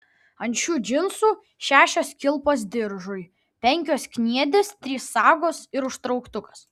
ant šių džinsų šešios kilpos diržui penkios kniedės trys sagos ir užtrauktukas